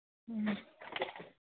ꯎꯝ